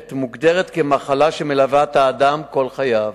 מוגדרת מחלה שמלווה את האדם כל חייו.